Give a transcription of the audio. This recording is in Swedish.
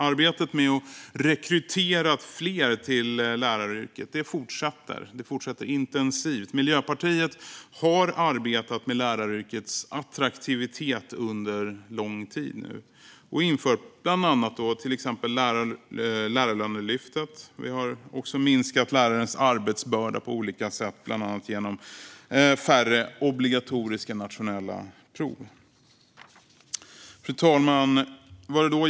Arbetet med att rekrytera fler till läraryrket fortsätter intensivt. Miljöpartiet har arbetat med läraryrkets attraktivitet under lång tid och infört till exempel lärarlönelyftet. Vi har också minskat lärares arbetsbörda på olika sätt, bland annat genom färre obligatoriska nationella prov. Fru talman!